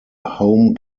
home